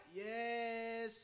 yes